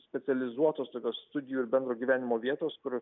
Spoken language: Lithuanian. specializuotos tokios studijų ir bendro gyvenimo vietos kur